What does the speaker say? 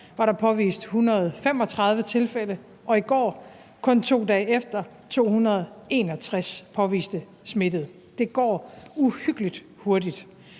var der påvist 135 tilfælde, og i går, kun 2 dage efter, var der 261 påviste smittede. Det går uhyggelig hurtigt.